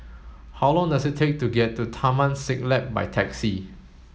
how long does it take to get to Taman Siglap by taxi